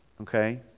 Okay